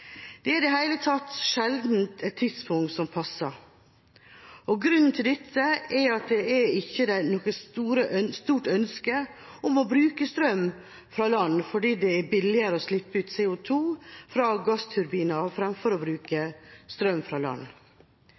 Det er i det hele tatt sjelden et tidspunkt som passer. Grunnen til dette er at det ikke er noe stort ønske om å bruke strøm fra land, fordi det er billigere å slippe ut CO 2 fra gassturbiner framfor å bruke strøm fra land.